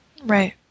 Right